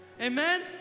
Amen